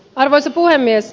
arvoisa puhemies